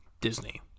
Disney